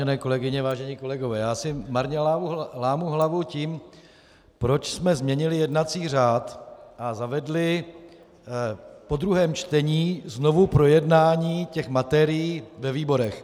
Vážené kolegyně, vážení kolegové, marně si hlavu lámu tím, proč jsme změnili jednací řád a zavedli po druhém čtení znovuprojednání těch materií ve výborech.